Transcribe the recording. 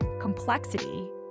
complexity